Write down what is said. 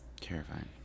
Terrifying